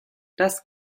das